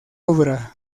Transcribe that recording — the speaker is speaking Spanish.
obra